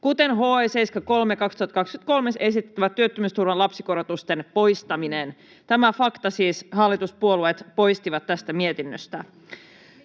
kuten HE 73/2023:ssa esitettävä työttömyysturvan lapsikorotusten poistaminen.” Tämän faktan siis hallituspuolueet poistivat tästä mietinnöstä.